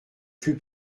plus